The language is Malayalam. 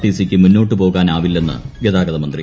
ടി സിക്ക് മുന്നോട്ടുപോകാനാവില്ലെന്ന് ഗതാഗത മന്ത്രി